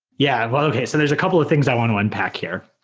yeah. well, okay. so there're a couple of things i want to unpack here.